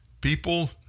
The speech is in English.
People